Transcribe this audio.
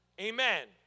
Amen